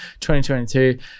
2022